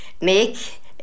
make